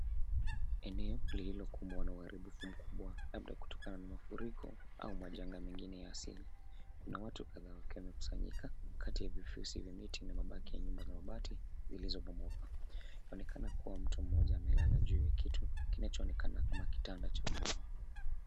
Eneo lilikumbwa na uharibifu mkubwa labda kutokana na mafuriko au majanga mengine ya asili. Kuna watu kadhaa wakiwa wamekusanyika kati ya vifuzi vya miti na mabaki ya nyumba ya mabati zilizo bomoka. Inaonekana kua mtu mmoja amelala juu ya kitu kinacho onekana kama kitanda.